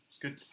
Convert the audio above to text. Good